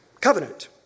Covenant